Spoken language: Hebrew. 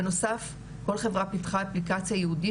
בנוסף כל חברה פיתחה אפליקציה ייעודית